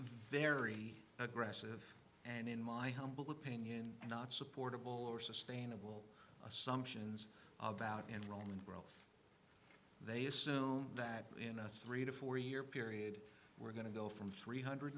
very aggressive and in my humble opinion not supportable or sustainable assumptions about enrollment growth they assume that in a three to four year period we're going to go from three hundred